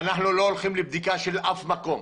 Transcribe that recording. אנחנו לא הולכים לבדיקה של אף מקום.